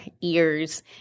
ears